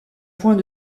point